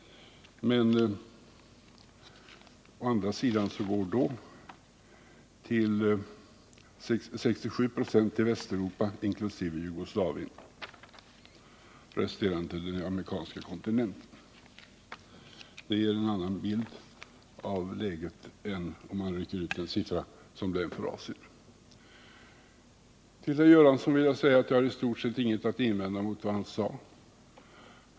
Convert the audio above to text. Men 67 96 går till Västeuropa, inkl. Jugoslavien, och resten till den amerikanska kontinenten. Det ger en annan bild av läget än om man bryter ut en siffra, t.ex. den för Asien. Till herr Göransson vill jag säga att jag i stort sett inte har något att invända mot det han sade.